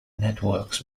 networks